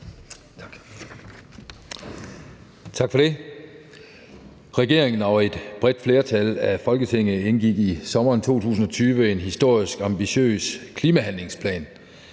Tak for det. Regeringen og et bredt flertal i Folketinget indgik i sommeren 2020 en aftale om en historisk ambitiøs klimahandlingsplan,